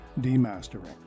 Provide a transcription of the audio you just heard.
Demastering